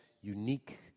unique